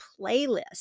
playlist